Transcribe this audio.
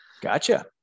Gotcha